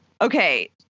Okay